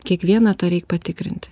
kiekvieną tą reik patikrinti